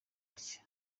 atya